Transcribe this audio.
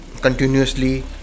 continuously